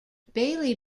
bailey